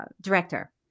director